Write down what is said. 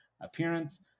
appearance